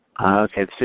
Okay